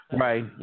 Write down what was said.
Right